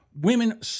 Women